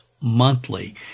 monthly